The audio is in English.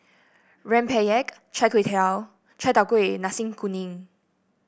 rempeyek chai Chai Tow Kuay Nasi Kuning